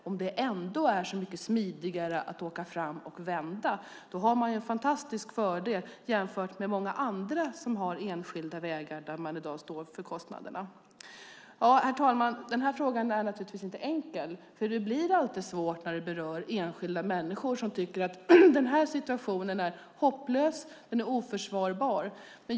Om det är så mycket smidigare att åka fram och vända har man en fantastisk fördel jämfört med många andra som har enskilda vägar där man i dag står för kostnaderna. Herr talman! Denna fråga är naturligtvis inte enkel. Det blir alltid svårt när det berör enskilda människor som tycker att situationen är hopplös och oförsvarbar.